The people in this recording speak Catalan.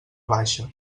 baixa